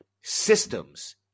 systems